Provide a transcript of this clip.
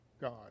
God